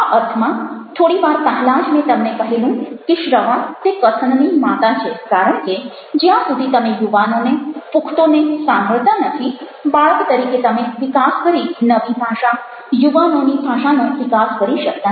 આ અર્થમાં થોડી વાર પહેલાં જ મેં તમને કહેલું કે શ્રવણ તે કથનની માતા છે કારણ કે જ્યાં સુધી તમે યુવાનોને પુખ્તોને સાંભળતા નથી બાળક તરીકે તમે વિકાસ કરી નવી ભાષા યુવાનોની ભાષાનો વિકાસ કરી શકતા નથી